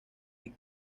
the